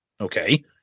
Okay